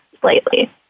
slightly